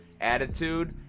attitude